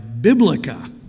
Biblica